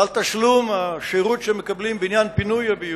בא ביבי